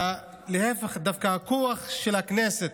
להפך, דווקא הכוח של הכנסת